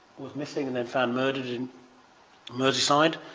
missing and then found murdered in merseyside.